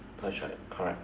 that's right correct